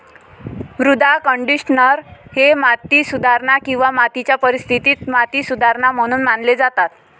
मृदा कंडिशनर हे माती सुधारणा किंवा मातीच्या परिस्थितीत माती सुधारणा म्हणून मानले जातात